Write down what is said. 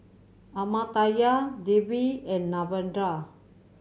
Amartya Devi and Narendra